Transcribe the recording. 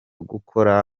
gukora